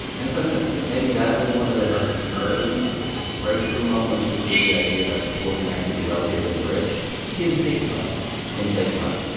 and in some sense, maybe that was one of the early breakthrough moments, which was the idea that the poor can actually be wealthier than the rich in fake money in fake money,